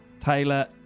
Taylor